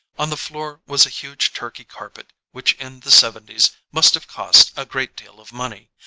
on the floor was a huge turkey carpet which in the seventies must have cost a great deal of money,